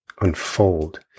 unfold